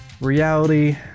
reality